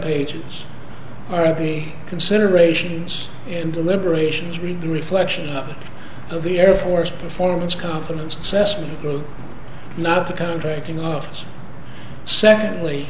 pages already considerations in deliberations read the reflection of the air force performance confidence assessment not the contracting office secondly